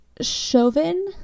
Chauvin